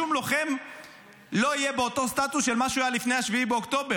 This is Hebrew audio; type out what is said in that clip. שום לוחם לא יהיה באותו סטטוס של מה שהוא היה לפני 7 באוקטובר.